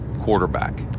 quarterback